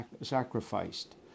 sacrificed